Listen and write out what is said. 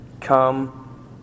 come